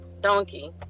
donkey